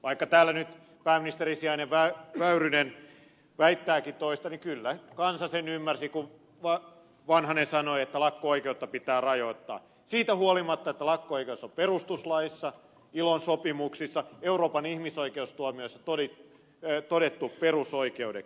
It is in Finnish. vaikka täällä nyt pääministerin sijainen väyrynen väittääkin toista niin kyllä kansa sen ymmärsi kun vanhanen sanoi että lakko oikeutta pitää rajoittaa siitä huolimatta että lakko oikeus on perustuslaissa ilon sopimuksissa euroopan ihmisoikeustuomioistuimessa todettu perusoikeudeksi